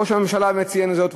ראש הממשלה באמת ציין זאת,